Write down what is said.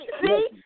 See